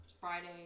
Friday